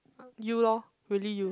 you lor really you